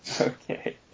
Okay